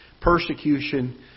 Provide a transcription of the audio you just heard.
persecution